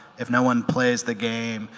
if no one plays the game,